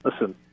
listen